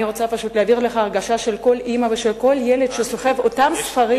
אני רוצה פשוט להעביר לך הרגשה של כל אמא ושל כל ילד שסוחב אותם ספרים.